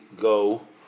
go